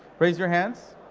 raise your hands.